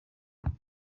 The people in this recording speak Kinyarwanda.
itanu